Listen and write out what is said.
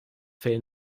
fell